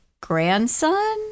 grandson